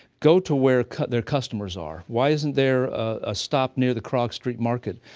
go to where their customers are. why isn't there a stop near the kraug street market?